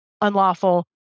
unlawful